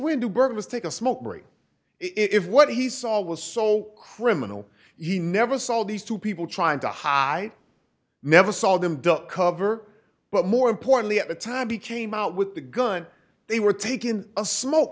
burglars take a smoke break if what he saw was so criminal you never saw these two people trying to hide never saw them duck cover but more importantly at the time he came out with the gun they were taking a smoke